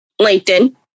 LinkedIn